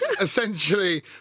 essentially